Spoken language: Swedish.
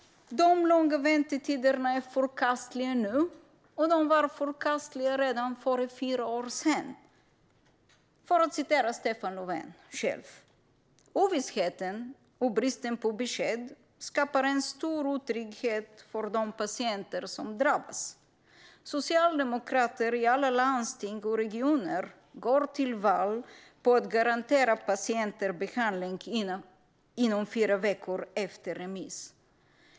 De långa väntetiderna är förkastliga nu, och de var förkastliga redan för fyra år sedan. För att citera Stefan Löfven: "Ovissheten och bristen på besked skapar en stor otrygghet för de patienter som drabbas. Socialdemokrater i alla landsting och regioner går till val på att garantera alla patienter behandling inom fyra veckor efter remiss."